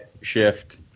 shift